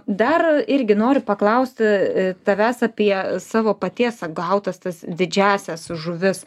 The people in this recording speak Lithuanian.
dar irgi noriu paklausti tavęs apie savo paties pagautas tas didžiąsias žuvis